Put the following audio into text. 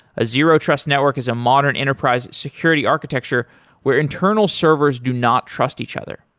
a zero trust network is a modern enterprise security architecture where internal servers do not trust each other.